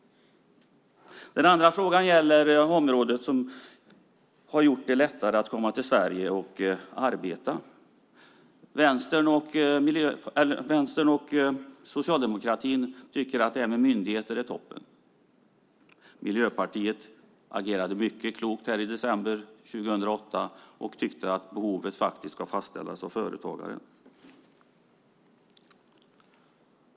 Den andra frågan gäller åtgärder som har gjort det lättare att komma till Sverige och arbeta. Vänstern och socialdemokratin tycker att detta med myndigheter är toppen. Miljöpartiet agerade mycket klokt här i december 2008 och tyckte att behovet ska fastställas av företagare.